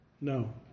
No